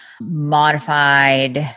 modified